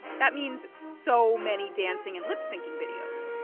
that means so many dancing and lip-syncing videos.